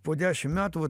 po dešim metų vat